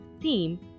theme